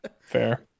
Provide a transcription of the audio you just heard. Fair